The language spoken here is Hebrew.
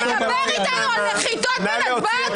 מדבר איתנו על נחיתות בנתב"ג?